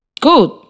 Good